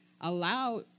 allow